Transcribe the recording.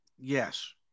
Yes